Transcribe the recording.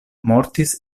mortis